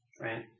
right